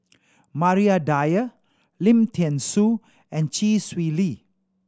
Maria Dyer Lim Thean Soo and Chee Swee Lee